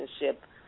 relationship